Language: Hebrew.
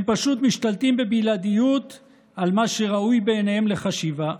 הם פשוט משתלטים בבלעדיות על מה שראוי בעיניהם לחשיבה.